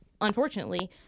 unfortunately